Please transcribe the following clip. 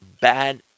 bad